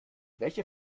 welche